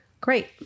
Great